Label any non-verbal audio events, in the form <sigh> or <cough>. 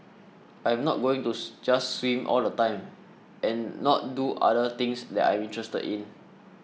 <noise> I'm not going to <unintelligible> just swim all the time and not do other things that I am interested in